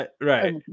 right